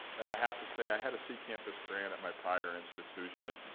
and i have to say, i had a c campus grant at my prior institution,